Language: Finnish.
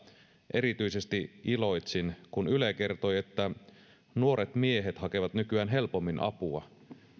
erityisesti iloitsin yle kertoi että nuoret miehet hakevat nykyään helpommin apua